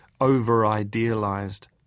over-idealized